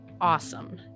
awesome